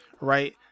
right